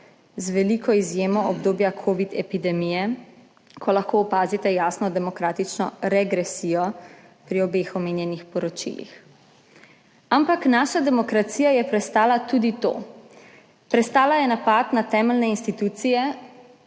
z veliko izjemo obdobja covid epidemije, ko lahko opazite jasno demokratično regresijo pri obeh omenjenih poročilih. Ampak naša demokracija je prestala tudi to, prestala je napad na temeljne institucije